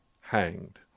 hanged